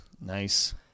Nice